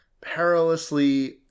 perilously